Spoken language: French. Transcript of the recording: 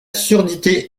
surdité